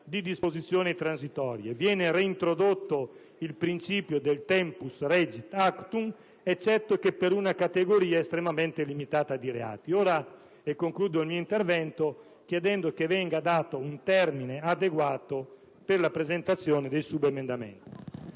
di disposizioni transitorie. Viene reintrodotto il principio del *tempus regit actum* eccetto che per una categoria estremamente limitata di reati. Concludo, pertanto, il mio intervento chiedendo che venga dato un termine adeguato per la presentazione dei subemendamenti.